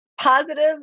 positive